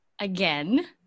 again